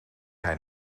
hij